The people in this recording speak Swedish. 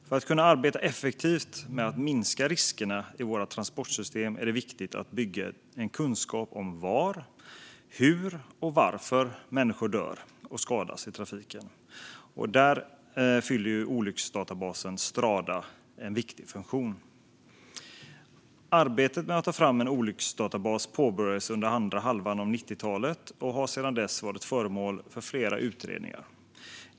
För att kunna arbeta effektivt med att minska riskerna i våra transportsystem är det viktigt att bygga en kunskap om var, hur och varför människor dör och skadas i trafiken. Där fyller olycksdatabasen Strada en viktig funktion. Arbetet med att ta fram en olycksdatabas påbörjades under andra halvan av 90-talet och har sedan dess varit föremål för flera utredningar.